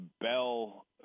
bell